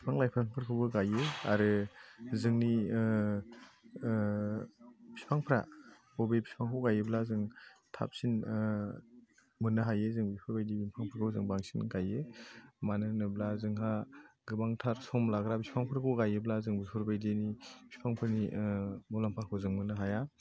बिफां लाइफांफोरखौबो गायो आरो जोंनि फिफांफ्रा बबे फिफांखौ गायोब्ला जों थाबसिन मोननो हायो जों बेफोरबायदि बिफांफोरखौ जों बांसिन गायो मानो होनोब्ला जोंहा गोबांथार सम लाग्रा फिफांफोरखौ गायोब्ला जों बेफोरबायदिनि फिफांफोरनि मुलाम्फाखौ जों मोननो हाया